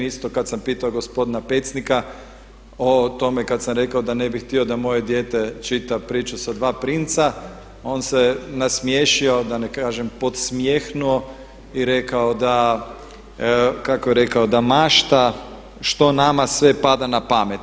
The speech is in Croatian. Isto kad sam pitao gospodina Pecnika o tome kad sam rekao da ne bih htio da moje dijete čita priču sa dva princa on se nasmiješio da ne kažem podsmjehnuo i rekao da kako je rekao da mašta što nama sve pada na pamet.